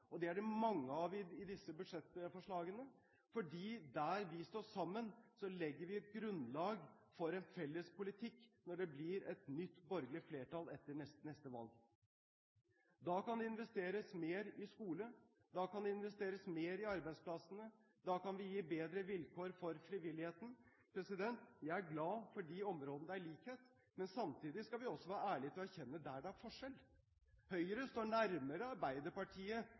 og det er det mange av i disse budsjettforslagene – for der vi står sammen, legger vi et grunnlag for en felles politikk når det blir et nytt borgerlig flertall etter neste valg. Da kan det investeres mer i skole, da kan det investeres mer i arbeidsplassene, da kan vi gi bedre vilkår for frivilligheten. Jeg er glad for de områdene der det er likhet, men samtidig skal vi også være ærlige og erkjenne det der det er forskjell. Høyre står nærmere Arbeiderpartiet